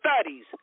studies